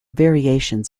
variations